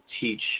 teach